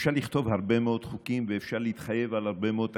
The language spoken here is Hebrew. אפשר לכתוב הרבה מאוד חוקים ואפשר להתחייב על הרבה מאוד תקציבים,